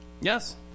Yes